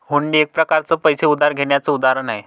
हुंडी एक प्रकारच पैसे उधार घेण्याचं उदाहरण आहे